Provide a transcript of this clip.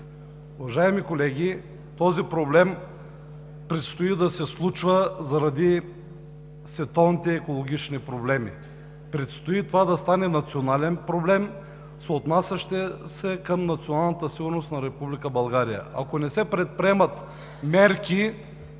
Уважаеми колеги, този проблем предстои да се случва заради световните екологични проблеми. Предстои това да стане национален проблем, съотнасящ се към националната сигурност на Република България. Ако не се предприемат мерки,